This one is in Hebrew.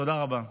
תודה רבה.